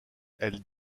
elles